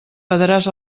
badaràs